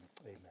amen